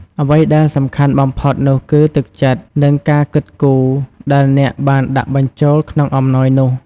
អ្វីដែលសំខាន់បំផុតនោះគឺ ទឹកចិត្ត និងការគិតគូរ ដែលអ្នកបានដាក់បញ្ចូលក្នុងអំណោយនោះ។